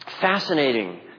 Fascinating